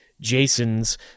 Jason's